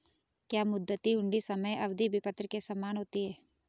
क्या मुद्दती हुंडी समय अवधि विपत्र के समान होती है?